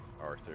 Arthur